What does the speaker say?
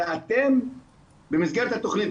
ואתם במסגרת התכנית,